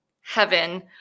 heaven